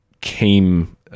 came